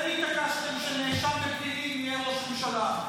אתם התעקשתם שנאשם בפלילים יהיה ראש ממשלה.